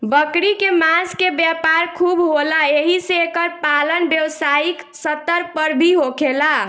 बकरी के मांस के व्यापार खूब होला एही से एकर पालन व्यवसायिक स्तर पर भी होखेला